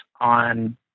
on